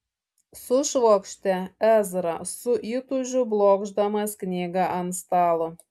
sušvokštė ezra su įtūžiu blokšdamas knygą ant stalo